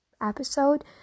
episode